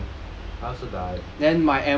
I'm gone I also die